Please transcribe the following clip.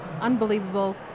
unbelievable